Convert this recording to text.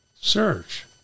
search